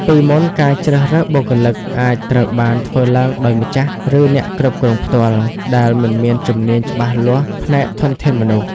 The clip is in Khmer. ពីមុន ការជ្រើសរើសបុគ្គលិកអាចត្រូវបានធ្វើឡើងដោយម្ចាស់ ឬអ្នកគ្រប់គ្រងផ្ទាល់ ដែលមិនមានជំនាញច្បាស់លាស់ផ្នែកធនធានមនុស្ស។